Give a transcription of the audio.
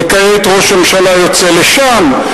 וכעת ראש הממשלה יוצא לשם,